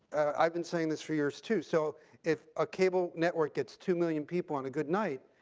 i've been saying this for years too. so if a cable network gets two million people on a good night,